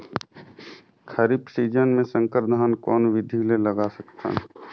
खरीफ season मे संकर धान कोन विधि ले लगा सकथन?